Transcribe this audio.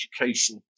education